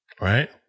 Right